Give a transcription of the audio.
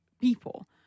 people